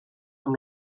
amb